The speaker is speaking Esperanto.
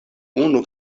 unu